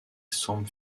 semble